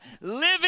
living